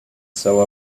sew